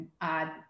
add